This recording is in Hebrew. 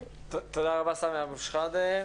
תודה רבה, סמי אבו שחאדה.